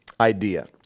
idea